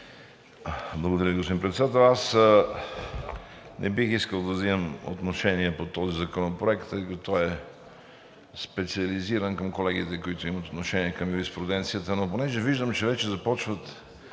Благодаря Ви, господин Председател. Аз не бих искал да взимам отношение по този законопроект, тъй като той е специализиран към колегите, които имат отношение към юриспруденцията, но понеже виждам, че вече започват